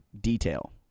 detail